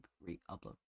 re-upload